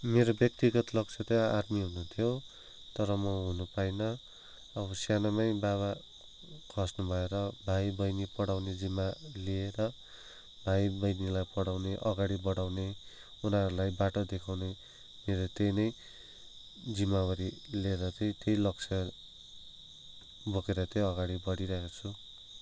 मेरो व्यक्तिगत लक्ष्य चाहिँ आर्मी हुनु थियो तर म हुनु पाइनँ अब सानोमै बाबा खस्नु भयो र भाइ बहिनी पढाउने जिम्मा लिएर भाइ बहिनीलाई पढाउने अगाडि बढाउने उनीहरूलाई बाटो देखाउने मेरो त्यही नै जिम्मेवारी लिएर चाहिँ त्यही लक्ष्य बोकेर चाहिँ अगाडि बढिरहेको छु